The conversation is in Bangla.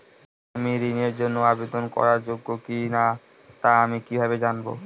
আমি ঋণের জন্য আবেদন করার যোগ্য কিনা তা আমি কীভাবে জানব?